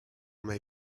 may